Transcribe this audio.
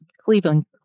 Cleveland